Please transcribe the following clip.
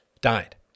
died